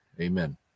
Amen